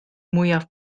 mwyaf